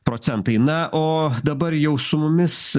procentai na o dabar jau su mumis